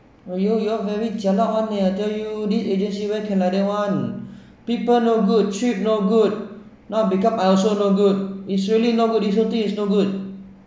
oh you all very jialat [one] I tell you this agency where can like that [one] people no good trip no good now become I also no good it's really no good this whole thing is no good